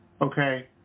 okay